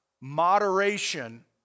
Moderation